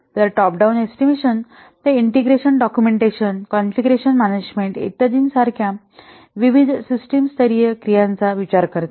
तर top down estimation ते integration documentation configuration management इत्यादि सारख्या विविध सिस्टम स्तरीय क्रियांचा विचार करते